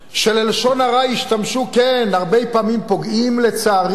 שללשון הרע ישתמשו, כן, הרבה פעמים פוגעים, לצערי,